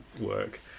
work